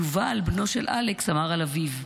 יובל, בנו של אלכס, אמר על אביו: